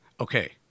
okay